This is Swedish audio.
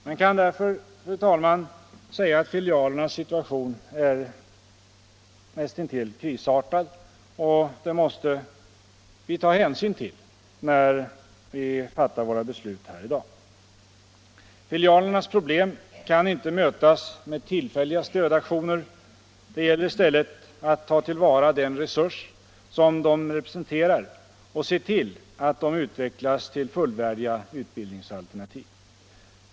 Man kan därför, fru talman, säga att filialernas situation är näst intill krisartad, och det måste vi ta hänsyn till i våra beslut här i dag. Filialernas problem kan inte mötas med tillfälliga stödaktioner. Det gäller i stället att ta till vara den resurs som de representerar och se till att de utvecklas till fullvärdiga utbildningsalternativ.